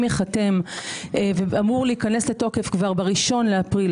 ייחתם ואמור להיכנס לתוקף כבר ב-1 באפריל,